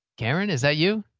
cameron, is that you?